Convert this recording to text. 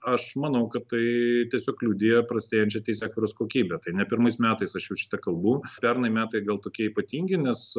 aš manau kad tai tiesiog liudija prastėjančią teisėkūros kokybę tai ne pirmais metais aš jau šitą kalbu pernai metai gal tokie ypatingi nes